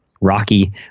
Rocky